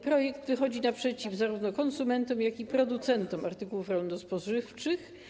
Projekt wychodzi naprzeciw zarówno konsumentom, jak i producentom artykułów rolno-spożywczych.